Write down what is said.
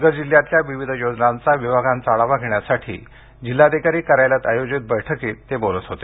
पालघर जिल्ह्यातल्या विविध योजनांचा विभागांचा आढावा घेण्यासाठी जिल्हाधिकारी कार्यालयात आयोजित बैठकीत ते बोलत होते